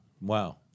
Wow